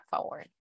forward